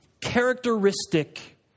characteristic